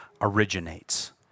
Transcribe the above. originates